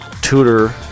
tutor